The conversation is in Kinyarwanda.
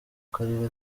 karere